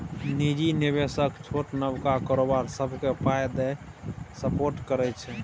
निजी निबेशक छोट नबका कारोबार सबकेँ पाइ दए सपोर्ट करै छै